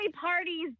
parties